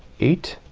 eight.